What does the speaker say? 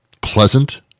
pleasant